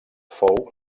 fou